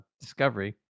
Discovery